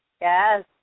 Yes